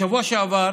בשבוע שעבר